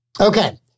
Okay